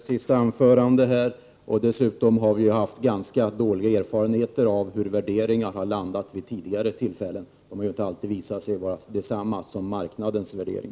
Herr talman! Jag instämmer helt med Lars De Geers sista anförande. Dessutom har vi haft ganska dåliga erfarenheter av hur värderingar har landat vid tidigare tillfällen. De har inte alltid visat sig vara desamma som marknadens värdering.